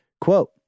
Quote